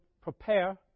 prepare